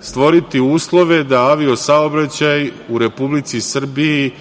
stvoriti uslove da avio-saobraćaj u Republici Srbiji